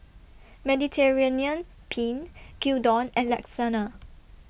Mediterranean Penne Gyudon and Lasagne